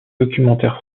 documentaires